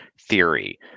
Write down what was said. theory